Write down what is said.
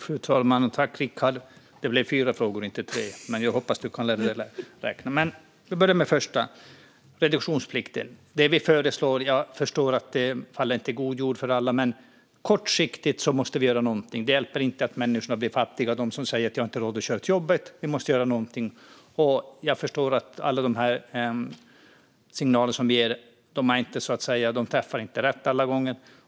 Fru talman! Tack för frågorna, Rickard! Det blev fyra frågor och inte tre, men jag hoppas att du kan räkna svaren. Vi börjar med det första - reduktionsplikten. Jag förstår att vårt förslag inte faller i god jord hos alla, men kortsiktigt måste vi göra någonting. Det funkar inte när människorna blir fattiga och folk säger att de inte har råd att köra till jobbet. Vi måste göra någonting, men jag förstår att alla de signaler vi ger inte träffar rätt alla gånger.